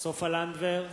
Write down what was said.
סופה לנדבר,